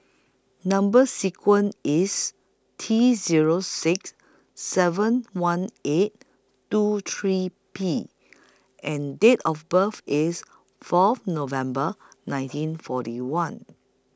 Number sequence IS T Zero six seven one eight two three P and Date of birth IS Fourth November nineteen forty one